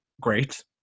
great